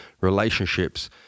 relationships